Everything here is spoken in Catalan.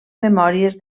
memòries